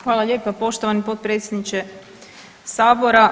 Hvala lijepa poštovani potpredsjedniče sabora.